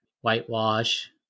whitewash